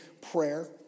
prayer